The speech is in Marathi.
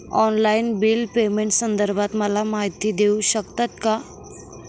ऑनलाईन बिल पेमेंटसंदर्भात मला माहिती देऊ शकतात का?